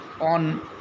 on